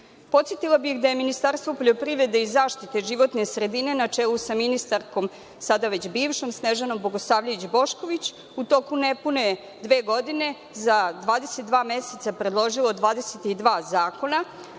godini. Podsetila bih da je Ministarstvo poljoprivrede i zaštite životne sredine na čelu sa ministarkom, sada već bivšom, Snežanom Bogosavljević Bošković, u toku nepune dve godine, za 22 meseca predložilo 22 zakona,